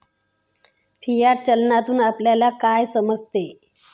Fiat चलनातून आपल्याला काय समजते?